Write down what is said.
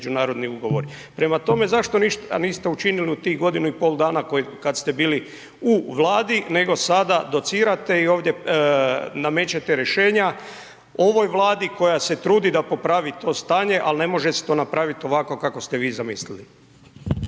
Prema tome, zašto ništa niste učinili u tih godinu i pol dana, kada ste bili u vladi nego sada docirate i ovdje namećete rješenja, ovoj vladi, koja se trudi da popravi to stanje, ali ne može se to napraviti ovako kako ste vi zamislili.